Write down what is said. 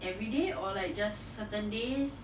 everyday or like just certain days